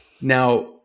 Now